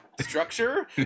structure